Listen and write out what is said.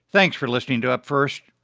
thanks for listening to up first.